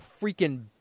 freaking